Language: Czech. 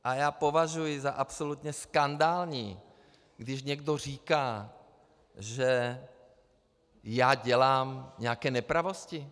A já považuji za absolutně skandální, když někdo říká, že já dělám nějaké nepravosti.